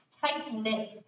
tight-knit